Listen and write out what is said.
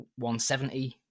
170